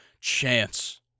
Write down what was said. chance